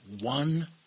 one